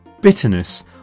bitterness